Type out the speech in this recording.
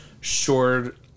short